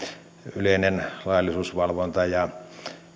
yleinen laillisuusvalvonta ja